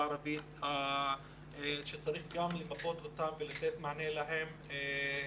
הערבית וצריך לגבות אותם ולתת להם מענה.